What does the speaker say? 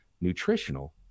nutritional